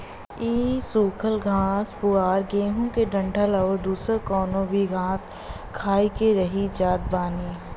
इ सुखल घास पुअरा गेंहू के डंठल अउरी दुसर कवनो भी घास खाई के रही जात बानी